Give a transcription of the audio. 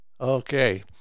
Okay